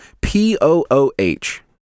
P-O-O-H